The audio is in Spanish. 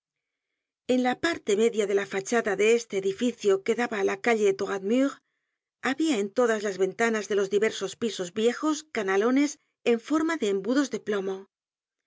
en la parte media de la fachada de este edificio que daba á la calle droit mur habia en todas las ventanas de los diversos pisos viejos canalones en forma de embudos de plomo